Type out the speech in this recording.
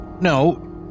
No